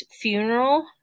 funeral